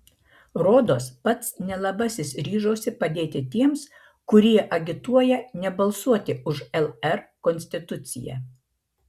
rodos pats nelabasis ryžosi padėti tiems kurie agituoja nebalsuoti už lr konstituciją